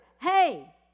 hey